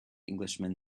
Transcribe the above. englishman